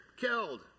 killed